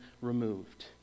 removed